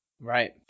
Right